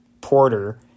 Porter